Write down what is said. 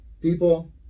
people